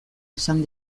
esan